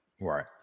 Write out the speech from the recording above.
right